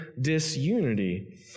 disunity